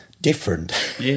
different